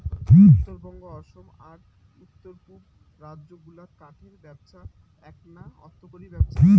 উত্তরবঙ্গ, অসম আর উত্তর পুব রাজ্য গুলাত কাঠের ব্যপছা এ্যাকটা অর্থকরী ব্যপছা